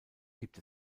gibt